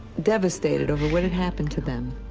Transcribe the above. devastated over what had happened to them